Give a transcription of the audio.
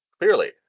Clearly